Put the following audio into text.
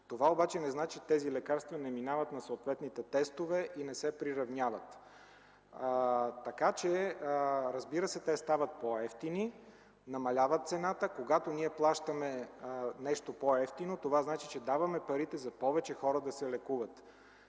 Това обаче не значи, че тези лекарства не минават на съответните тестове и не се приравняват. Разбира се, те стават по-евтини, намаляват цената. Когато ние плащаме нещо по-евтино, това значи, че даваме парите, за да се лекуват